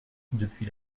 depuis